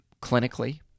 clinically